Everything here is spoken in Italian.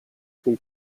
quei